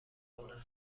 کنم